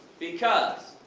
because,